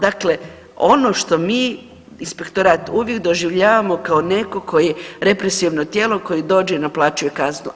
Dakle, ono što mi inspektorat uvijek doživljavamo kao neko ko je represivno tijelo koje dođe i naplaćuje kaznu.